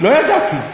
לא ידעתי.